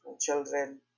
children